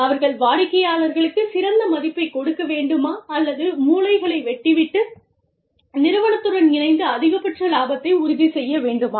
அவர்கள் வாடிக்கையாளருக்குச் சிறந்த மதிப்பைக் கொடுக்க வேண்டுமா அல்லது மூலைகளை வெட்டிவிட்டு நிறுவனத்துடன் இணைந்து அதிகபட்ச லாபத்தை உறுதி செய்ய வேண்டுமா